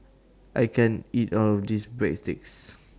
I can't eat All of This Breadsticks